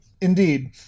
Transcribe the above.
Indeed